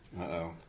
Uh-oh